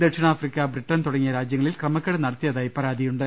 ദക്ഷിണാഫ്രിക്ക ബ്രിട്ടൻ തുടങ്ങിയ രാജ്യങ്ങളിൽ ക്രമക്കേട് നടത്തിയതായി പരാതിയുണ്ട്